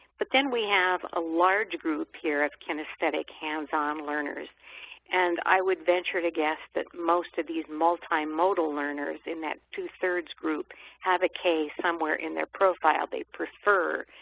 but then we have a large group here of kinesthetic hands-on learners and i would venture to guess that most of these multimodal learners in that two-thirds group have somewhere in their profile they prefer,